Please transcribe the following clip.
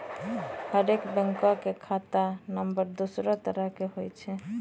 हरेक बैंको के खाता नम्बर दोसरो तरह के होय छै